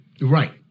right